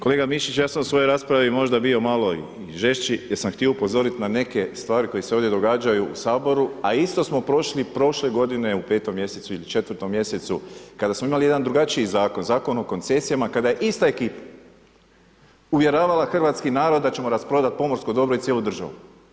Kolega Mišić, ja sam u svojoj raspravi možda bio i malo žešći jer sam htio upozoriti na neke stvari koje se ovdje događaju u Saboru a isto smo prošli prošle godine u petom ili četvrtom mjesecu kada smo imali jedan drugačiji zakon, Zakon o koncesijama kad je ista ekipa uvjeravala hrvatski narod da ćemo rasprodati pomorsko dobro i cijelu državu.